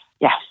Yes